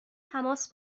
تماس